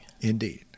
Indeed